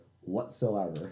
whatsoever